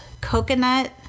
coconut